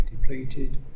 depleted